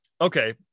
okay